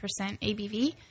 ABV